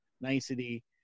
nicety